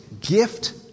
gift